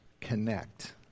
connect